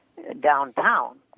downtown